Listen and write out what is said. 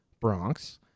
Bronx